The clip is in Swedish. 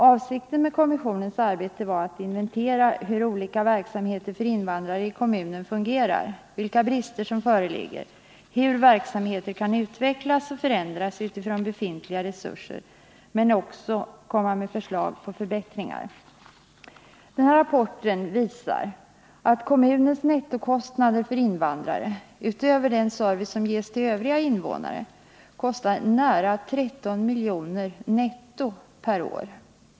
Avsikten med kommissionens arbete var att inventera hur olika verksamheter för invandrare i kommunen fungerar, vilka brister som föreligger och hur verksamheter kan utvecklas och förändras utifrån befintliga resurser men också genom förslag till förstärkningar. Rapporten visar att kommunens nettokostnader för invandrare — utöver den service som ges till övriga invånare — uppgår till nära 13 milj.kr. netto per år.